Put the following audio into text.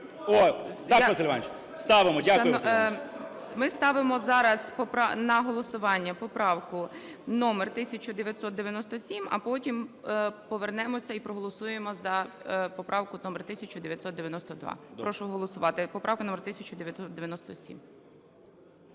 так, Василь Іванович, ставимо. Дякую. ГОЛОВУЮЧИЙ. Ми ставимо зараз на голосування поправку номер 1997. А потім повернемося і проголосуємо за поправку номер 1992. Прошу голосувати поправка номер 1997.